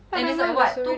lab diamond is already